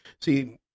See